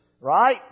right